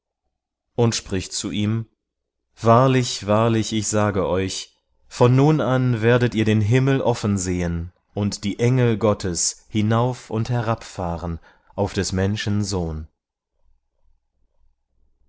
und spricht zu ihm wahrlich wahrlich ich sage euch von nun an werdet ihr den himmel offen sehen und die engel gottes hinauf und herab fahren auf des menschen sohn